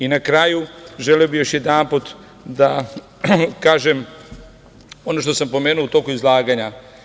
I na kraju želeo bih još jedanput da kažem ono što sam pomenuo u toku izlaganja.